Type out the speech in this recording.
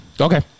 Okay